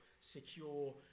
secure